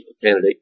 candidate